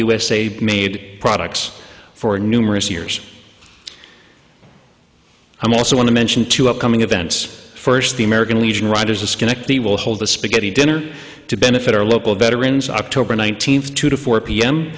a made products for numerous years i also want to mention two upcoming events first the american legion riders askin at the will hold the spaghetti dinner to benefit our local veterans october nineteenth two to four p